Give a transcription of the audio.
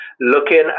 looking